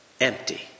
empty